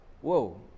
whoa